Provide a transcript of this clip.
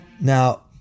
Now